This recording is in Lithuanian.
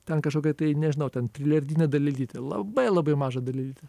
ten kažkokią tai nežinau ten trilijardinę dalelytę labai labai mažą dalelytę